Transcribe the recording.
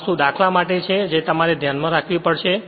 આ વસ્તુ દાખલાઓ માટે છે જે તમારે તેને ધ્યાનમાં રાખવી પડશે